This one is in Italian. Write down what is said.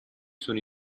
sono